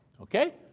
Okay